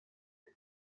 for